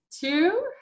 two